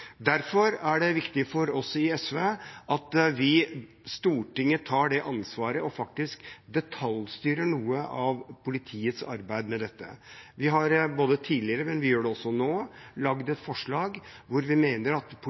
Derfor er det viktig for oss i SV at vi, Stortinget, tar ansvar og faktisk detaljstyrer noe av politiets arbeid med dette. Vi har tidligere, men også nå, laget et forslag der vi mener at